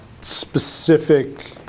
specific